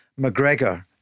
McGregor